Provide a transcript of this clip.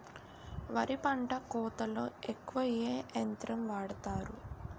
వరి పంట కోతలొ ఎక్కువ ఏ యంత్రం వాడతారు?